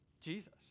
Jesus